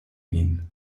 min